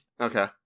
Okay